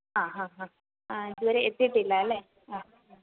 ആ ഹാ ഹാ ഇതുവരെ എത്തിയിട്ടില്ല അല്ലേ ആ